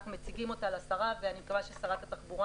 אנחנו מציגים אותה לשרה ואני מקווה ששרת התחבורה